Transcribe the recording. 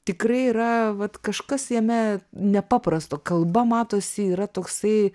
tikrai yra vat kažkas jame nepaprasto kalba matosi yra toksai